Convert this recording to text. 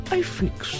iFix